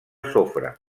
sofre